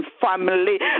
family